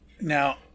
Now